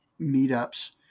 meetups